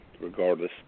Regardless